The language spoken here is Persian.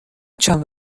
چند